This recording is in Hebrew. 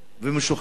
ואני משוכנע בזה.